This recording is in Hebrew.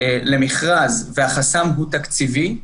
למכרז והחסם הוא תקציבי,